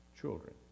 children